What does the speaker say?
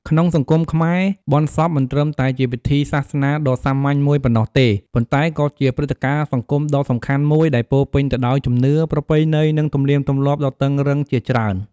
ក្នុងសង្គមខ្មែរ បុណ្យសពមិនត្រឹមតែជាពិធីសាសនាដ៏សាមញ្ញមួយប៉ុណ្ណោះទេ ប៉ុន្តែក៏ជាព្រឹត្តិការណ៍សង្គមដ៏សំខាន់មួយ ដែលពោរពេញទៅដោយជំនឿ ប្រពៃណី និងទំនៀមទម្លាប់ដ៏តឹងរ៉ឹងជាច្រើន។